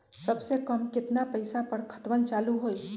सबसे कम केतना पईसा पर खतवन चालु होई?